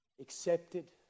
Accepted